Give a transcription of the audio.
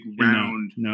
round